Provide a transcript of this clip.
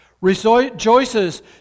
Rejoices